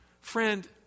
Friend